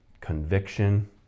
conviction